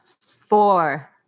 four